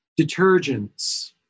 Detergents